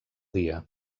dia